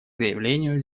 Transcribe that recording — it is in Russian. заявлению